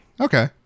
Okay